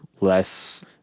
less